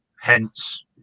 Hence